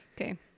Okay